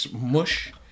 mush